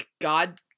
God